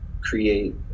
create